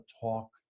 talk